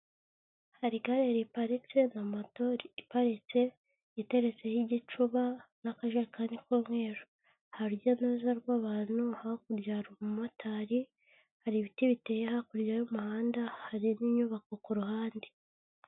Hari igare riparitse na mato iparitse iteretseho igicuba n'akajerekani kumweru. Hari urujya n'uruza rw'abantu hakuryaya motari hari ibiti biteye hakurya y'umuhanda hari n'inyubako ku ruhande.